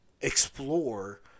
explore